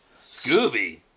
Scooby